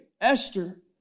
Esther